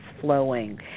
flowing